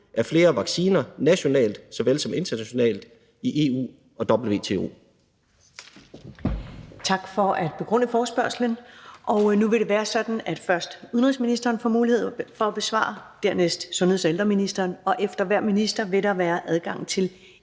af flere vacciner nationalt såvel som internationalt i EU og WTO?